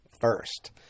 first